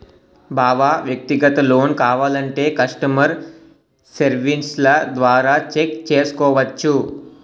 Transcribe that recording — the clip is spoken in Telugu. బావా వ్యక్తిగత లోన్ కావాలంటే కష్టమర్ సెర్వీస్ల ద్వారా చెక్ చేసుకోవచ్చు